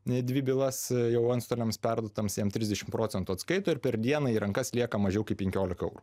ane dvi bylas jau antstoliams perduotas jam trisdešimt procentų atskaito ir per dieną į rankas lieka mažiau kaip penkiolika eurų o